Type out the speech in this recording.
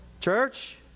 Church